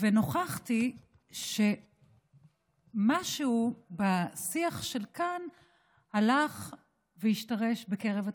ונוכחתי שמשהו בשיח של כאן הלך והשתרש בקרב התלמידים.